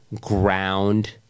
ground